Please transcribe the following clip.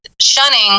shunning